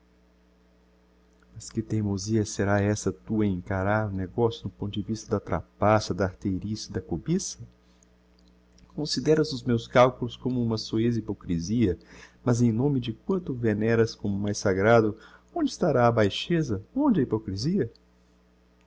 que teimosia será essa tua em encarar o negocio no ponto de vista da trapaça da arteirice da cobiça consideras os meus calculos como uma soez hypocrisia mas em nome de quanto venéras como mais sagrado onde estará a baixeza onde a hypocrisia